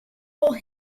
tiffany